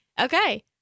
okay